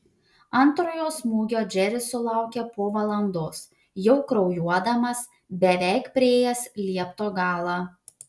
antrojo smūgio džeris sulaukė po valandos jau kraujuodamas beveik priėjęs liepto galą